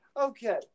okay